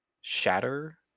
Shatter